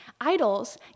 Idols